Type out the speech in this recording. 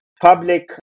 public